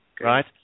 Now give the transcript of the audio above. Right